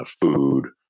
food